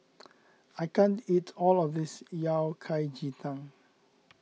I can't eat all of this Yao Cai Ji Tang